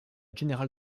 general